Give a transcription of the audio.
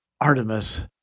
Artemis